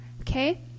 okay